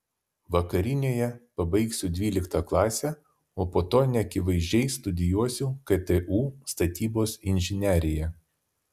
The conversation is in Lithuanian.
vakarinėje pabaigsiu dvyliktą klasę o po to neakivaizdžiai studijuosiu ktu statybos inžineriją